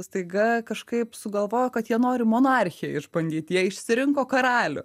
staiga kažkaip sugalvojo kad jie nori monarchiją išbandyti jie išsirinko karalių